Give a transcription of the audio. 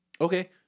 Okay